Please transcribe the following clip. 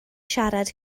siarad